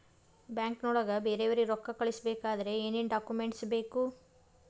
ಬ್ಯಾಂಕ್ನೊಳಗ ಬೇರೆಯವರಿಗೆ ರೊಕ್ಕ ಕಳಿಸಬೇಕಾದರೆ ಏನೇನ್ ಡಾಕುಮೆಂಟ್ಸ್ ಬೇಕು?